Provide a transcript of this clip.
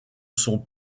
sont